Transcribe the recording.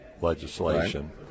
legislation